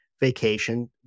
vacation